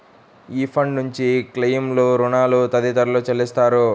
ఈ ఫండ్ నుంచి క్లెయిమ్లు, రుణాలు తదితరాలు చెల్లిస్తారు